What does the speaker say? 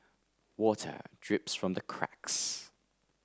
water drips from the cracks